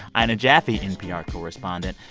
ah ina jaffe, npr correspondent.